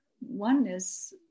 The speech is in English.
oneness